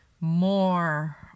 more